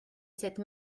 cette